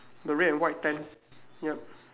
the red and white tent yup